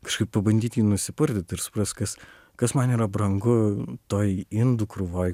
kažkaip pabandyt jį nusipurtyt ir suprast kas kas man yra brangu toj indų krūvoj